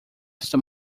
esta